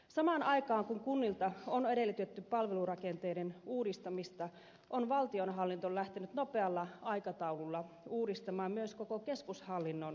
samaan aikaan kun kunnilta on edellytetty palvelurakenteiden uudistamista on valtionhallinto lähtenyt nopealla aikataululla uudistamaan myös koko keskushallinnon järjestelmää